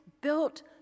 built